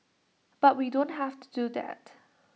but we don't have to do that